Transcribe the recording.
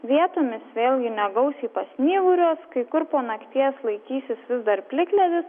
vietomis vėlgi negausiai pasnyguriuos kai kur po nakties laikysis vis dar plikledis